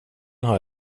har